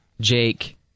Jake